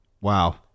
Wow